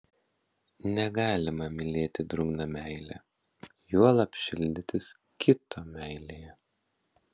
negalima mylėti drungna meile juolab šildytis kito meilėje